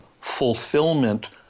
fulfillment